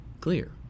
clear